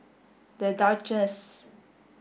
The Duchess